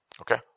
Okay